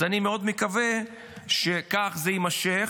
אז אני מאוד מקווה שכך זה יימשך.